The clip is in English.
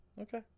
Okay